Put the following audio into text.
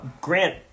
Grant